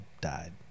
died